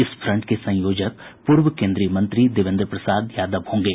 इस फ्रंट के संयोजक पूर्व केन्द्रीय मंत्री देवेन्द्र यादव होंगे